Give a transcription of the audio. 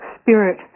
spirit